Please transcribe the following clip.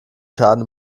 schaden